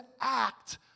act